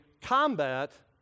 combat